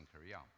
Korea